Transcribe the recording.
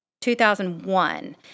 2001